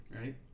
right